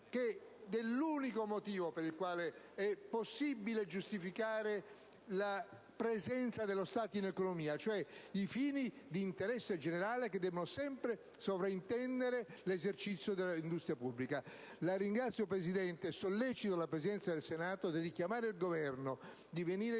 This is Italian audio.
anche dell'unico motivo per il quale è possibile giustificare la presenza dello Stato in economia, cioè i fini di interesse generale che debbono sempre sovrintendere all'esercizio dell'industria pubblica. La ringrazio, Presidente, e sollecito la Presidenza del Senato a invitare il Governo a venire in